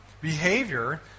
behavior